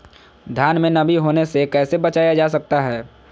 धान में नमी होने से कैसे बचाया जा सकता है?